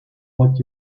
what